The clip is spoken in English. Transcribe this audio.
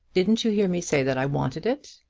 didn't you hear me say that i wanted it?